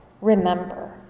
remember